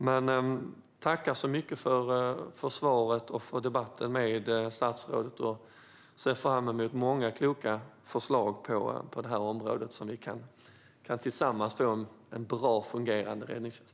Jag tackar så mycket för svaret och för debatten med statsrådet och ser fram emot många kloka förslag på det här området så att vi tillsammans kan få en bra och fungerande räddningstjänst.